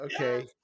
okay